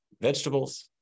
vegetables